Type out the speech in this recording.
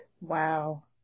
Wow